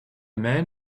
man